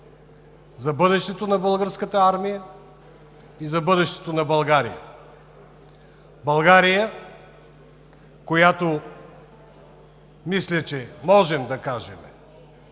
за бъдещето на Българската армия и за бъдещето на България. Мисля, че можем да кажем